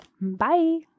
Bye